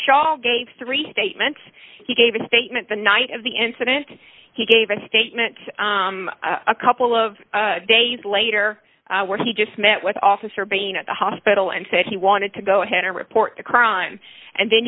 shot gave three statement he gave a statement the night of the incident he gave a statement a couple of days later where he just met with officer bain at the hospital and said he wanted to go ahead and report the crime and then